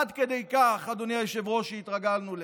עד כדי כך, אדוני היושב-ראש, שהתרגלנו לזה.